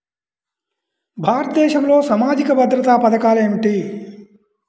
భారతదేశంలో సామాజిక భద్రతా పథకాలు ఏమిటీ?